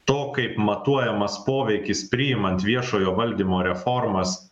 to kaip matuojamas poveikis priimant viešojo valdymo reformas